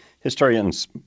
Historians